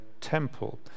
temple